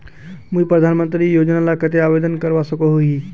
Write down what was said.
मुई प्रधानमंत्री योजना लार केते आवेदन करवा सकोहो ही?